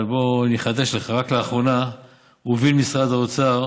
אבל בוא אני אחדש לך: רק לאחרונה הוביל משרד האוצר